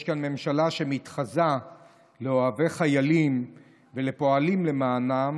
יש כאן ממשלה שמתחזה לאוהבי חיילים ולפועלים למענם